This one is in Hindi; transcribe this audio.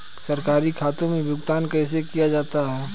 सरकारी खातों में भुगतान कैसे किया जाता है?